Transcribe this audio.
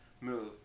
move